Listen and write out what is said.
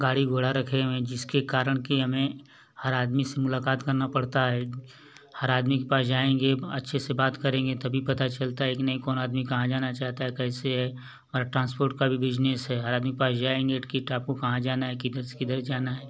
गाड़ी घोड़ा रखे हुए हैं जिसके कारण कि हमें हर आदमी से मुलाकात करना पड़ता है हर आदमी के पास जाएंगे अच्छे से बात करेंगे तभी पता चलता है कि नही कौन आदमी कहाँ जाना चाहता है कैसे है और ट्रांसपोर्ट का भी बिज़नेस है हर आदमी के पास जाएंगे किट आपको कहाँ जाना है किधर से किधर जाना है